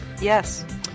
Yes